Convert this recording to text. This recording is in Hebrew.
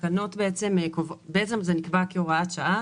זה נקבע כהוראת שעה.